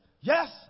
Yes